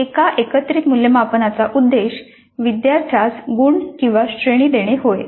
एकत्रित मूल्यमापनाचा उद्देश विद्यार्थ्यास गुण किंवा श्रेणी देणे होय